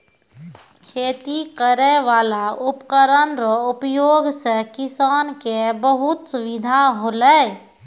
खेती करै वाला उपकरण रो उपयोग से किसान के बहुत सुबिधा होलै